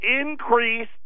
increase